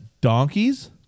donkeys